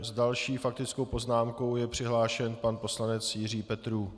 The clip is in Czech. S další faktickou poznámkou je přihlášen pan poslanec Jiří Petrů.